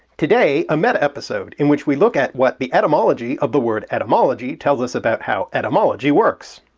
today a meta-episode, in which we look at what the etymology of the word etymology tells us about how etymology works!